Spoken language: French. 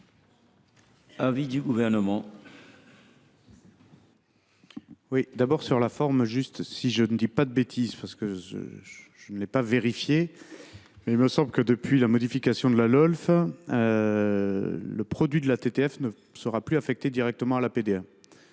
l’avis du Gouvernement ?